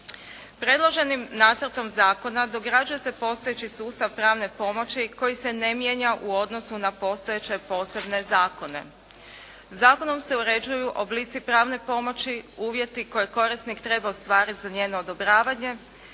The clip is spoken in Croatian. Predloženim nacrtom zakona dograđuje se postojeći sustav pravne pomoći koji se ne mijenja u odnosu na postojeće posebne zakone. Zakonom se uređuju oblici pravne pomoći, uvjeti koje korisnik treba ostvarit za njeno odobravanje,